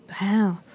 Wow